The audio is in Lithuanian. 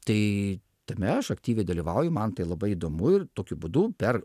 tai tame aš aktyviai dalyvauju man tai labai įdomu ir tokiu būdu per